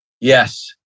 Yes